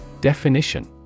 Definition